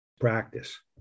practice